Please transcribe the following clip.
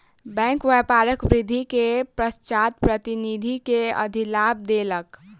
bank व्यापार वृद्धि के पश्चात प्रतिनिधि के अधिलाभ देलक